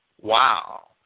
Wow